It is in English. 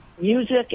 music